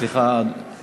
סליחה,